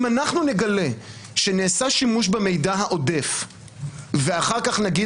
אם אנחנו נגלה שנעשה שימוש במידע העודף ואחר כך נגיד